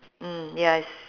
mm yes